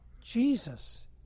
Jesus